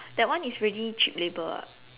that one is really cheap labour ah